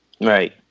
right